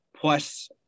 Plus